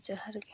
ᱡᱚᱦᱟᱨ ᱜᱮ